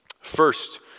First